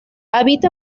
habita